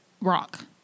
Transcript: rock